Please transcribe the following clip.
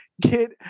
get